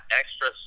extra